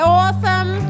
awesome